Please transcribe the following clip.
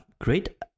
great